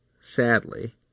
sadly